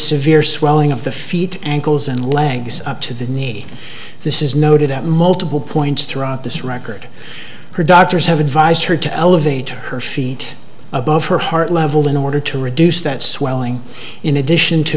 severe swelling of the feet ankles and legs up to the knee this is noted at multiple points throughout this record her doctors have advised her to elevate her feet above her heart level in order to reduce that swelling in addition to